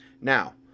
now